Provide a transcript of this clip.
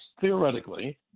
theoretically